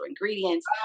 ingredients